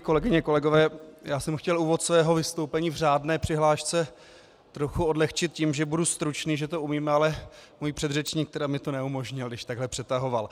Kolegyně, kolegové, já jsem chtěl úvod svého vystoupení v řádné přihlášce trošku odlehčit tím, že budu stručný, že to umím, ale můj předřečník mi to neumožnil, abych takhle přetahoval.